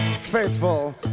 faithful